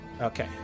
Okay